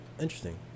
interesting